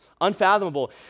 unfathomable